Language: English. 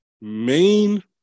main